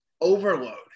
overload